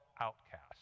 outcast